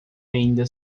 ainda